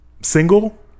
single